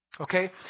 Okay